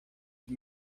had